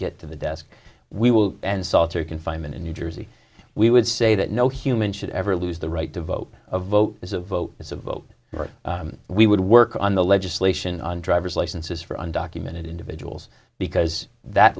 get to the desk we will and solitary confinement in new jersey we would say that no human should ever lose the right to vote a vote is a vote it's a vote we would work on the legislation on driver's licenses for undocumented individuals because that